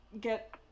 get